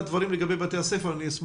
ודאי.